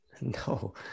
No